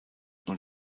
und